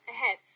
Ahead